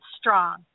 strong